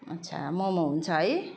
अच्छा मम हुन्छ है